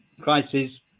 crisis